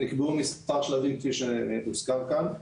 נקבעו מספר שלבים כפי שהוזכר כאן.